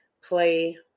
play